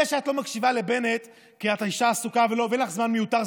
זה שאת לא מקשיבה לבנט כי את אישה עסוקה ואין לך זמן מיותר,